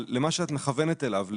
למה שאת מכוונת אליו,